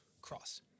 cross